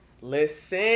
listen